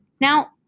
Now